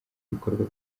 ibikorwa